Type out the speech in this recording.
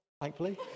thankfully